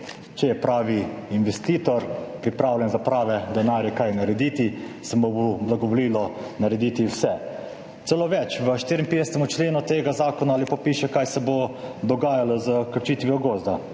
če je pravi investitor pripravljen za prave denarje kaj narediti, se mu bo blagovolilo narediti vse. Celo več, v 54. členu tega zakona lepo piše, kaj se bo dogajalo s krčitvijo gozda.